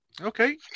Okay